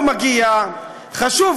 לא נגעו בו,